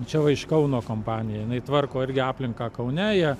čia va iš kauno kompanija jinai tvarko irgi aplinką kaune ją